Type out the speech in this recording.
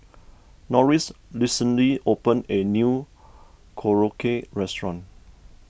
Norris recently opened a new Korokke restaurant